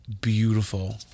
beautiful